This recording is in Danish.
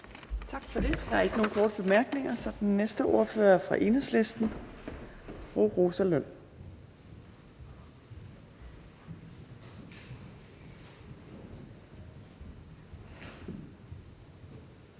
Tak for det. Der er ikke nogen korte bemærkninger, og den næste ordfører er fra Enhedslisten, og det